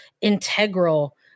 integral